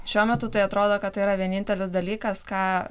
šiuo metu tai atrodo kad tai yra vienintelis dalykas ką